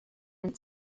and